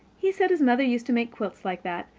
he said his mother used to make quilts like that,